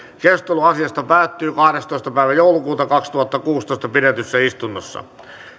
keskustelu asiasta päättyi kahdestoista kahdettatoista kaksituhattakuusitoista pidetyssä ensimmäisessä täysistunnossa